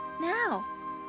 Now